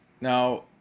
Now